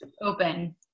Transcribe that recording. open